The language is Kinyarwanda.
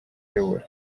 ayobora